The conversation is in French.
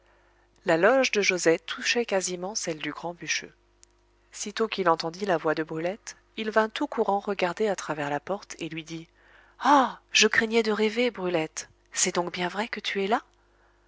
la loge de joset touchait quasiment celle du grand bûcheux sitôt qu'il entendit la voix de brulette il vint tout courant regarder à travers la porte et lui dit ah je craignais de rêver brulette c'est donc bien vrai que tu es là